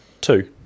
Two